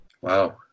Wow